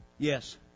Yes